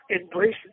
embrace